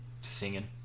singing